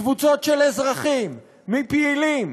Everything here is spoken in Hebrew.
מקבוצות של אזרחים, מפעילים,